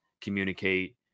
communicate